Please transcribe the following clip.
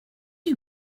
you